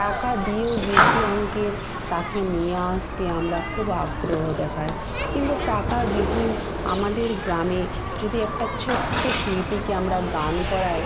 টাকা দিয়েও বেশি অংকের তাকে নিয়ে আসতে আমরা খুব আগ্রহ দেখাই কিন্তু টাকা বিহীন আমাদের গ্রামে যদি একটা ছোট্ট শিল্পীকে আমরা গান করাই